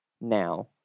now